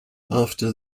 after